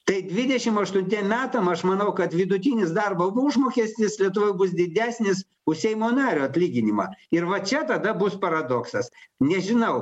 tai dvidešim aštuntiem metam aš manau kad vidutinis darbo užmokestis lietuvoj bus didesnis už seimo nario atlyginimą ir va čia tada bus paradoksas nežinau